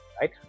Right